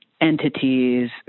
entities